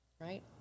right